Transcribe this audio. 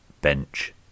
Bench